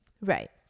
Right